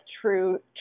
true